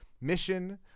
mission